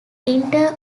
inter